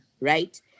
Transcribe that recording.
right